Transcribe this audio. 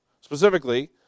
Specifically